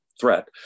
threat